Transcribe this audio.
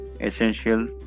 essential